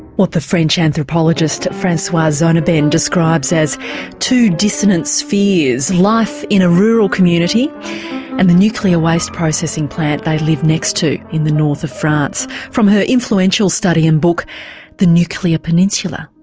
what the french anthropologist francoise zonabend described as two dissonant spheres, life in a rural community and the nuclear waste processing plant they live next to in the north of france from her influential study and book the nuclear peninsula.